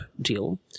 deal